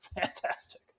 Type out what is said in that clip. Fantastic